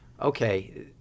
okay